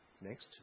Next